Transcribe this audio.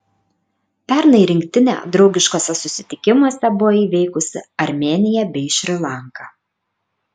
pernai rinktinė draugiškuose susitikimuose buvo įveikusi armėniją bei šri lanką